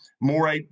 more